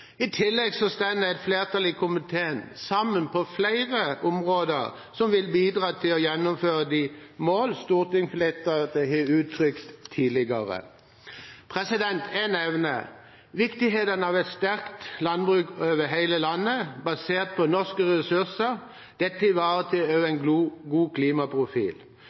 I tillegg stemmer et flertall i komiteen sammen på flere områder som vil bidra til å gjennomføre de målene stortingsflertallet har uttrykt tidligere. Jeg nevner viktigheten av et sterkt landbruk over hele landet, basert på norske ressurser. Dette ivaretar også en god klimaprofil.